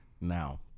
Now